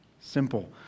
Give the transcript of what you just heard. Simple